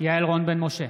יעל רון בן משה,